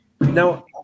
Now